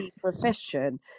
Profession